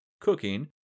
cooking